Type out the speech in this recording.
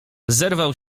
zerwał